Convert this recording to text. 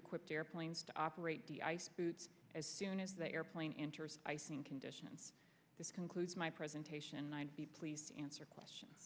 equipped airplanes to operate the ice as soon as the airplane interest icing conditions this concludes my presentation i'd be pleased to answer questions